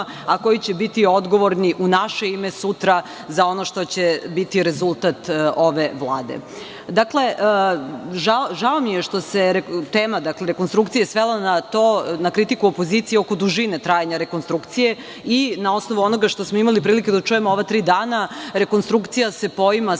a koji će biti odgovorni u naše ime sutra za ono što će biti rezultat ove vlade. Dakle, žao mi je što se tema rekonstrukcije svela na kritiku opozicije oko dužine trajanja rekonstrukcije. Na osnovu onoga što smo imali prilike da čujemo u ova tri dana, rekonstrukcija se poima sa